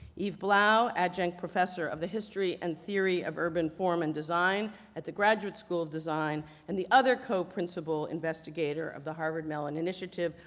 yves blau, adjunct professor of the history and theory of urban form and design design at the graduate school of design and the other coprincipal investigator of the harvard mellon initiative,